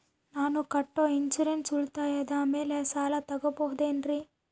ನಾನು ಕಟ್ಟೊ ಇನ್ಸೂರೆನ್ಸ್ ಉಳಿತಾಯದ ಮೇಲೆ ಸಾಲ ತಗೋಬಹುದೇನ್ರಿ?